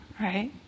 right